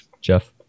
Jeff